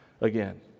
again